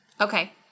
Okay